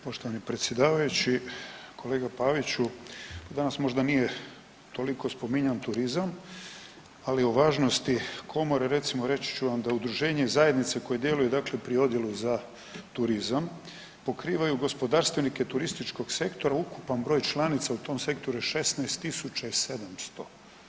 Poštovani predsjedavajući, kolega Paviću danas možda nije toliko spominjan turizam, ali o važnosti komore recimo reći ću vam da udruženje zajednice koje djeluje dakle pri odjelu za turizam pokrivaju gospodarstvenike turističkog sektora, ukupan broj članica u tom sektoru je 16.700.